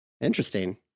interesting